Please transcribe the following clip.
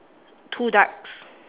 two ducks